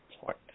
point